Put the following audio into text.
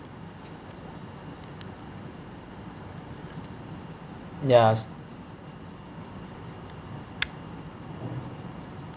ya